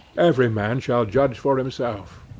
every man shall judge for himself.